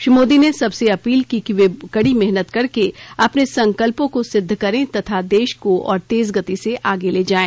श्री मोदी ने सबसे अपील की कि वे कडी मेहनत करके अपने संकल्पों को सिद्ध करें तथा देश को और तेज गति से आगे ले जाएं